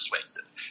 persuasive